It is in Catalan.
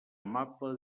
amable